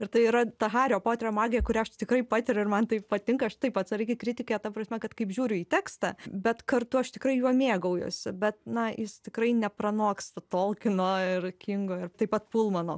ir tai yra ta hario poterio magija kurią aš tai tikrai patiriu ir man tai patinka aš taip atsargi kritikė ta prasme kad kaip žiūriu į tekstą bet kartu aš tikrai juo mėgaujuosi bet na jis tikrai nepranoksta tolkino ir kingo ir taip pat pulmano